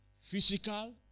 Physical